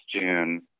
June